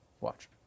Watch